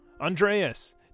Andreas